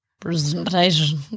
Presentation